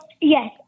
yes